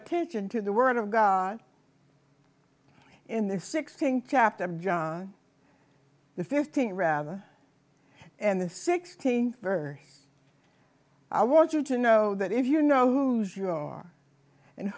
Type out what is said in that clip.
attention to the word of god in the six think chapter of john the fifteenth rather and the sixteenth verse i want you to know that if you know whose you are and